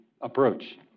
approach